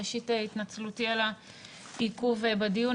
ראשית התנצלותי על העיכוב בדיון,